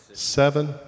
Seven